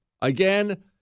Again